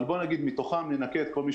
אבל בוא נגיד שמתוכם ננכה את כל מי